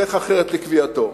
דרך אחרת לקביעתו".